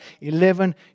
Eleven